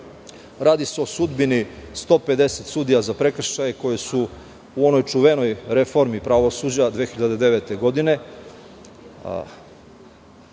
radi se o sudbini 150 sudija za prekršaje, koji su u onoj čuvenoj reformi za pravosuđe 2009. godine,